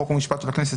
חוק ומשפט של הכנסת,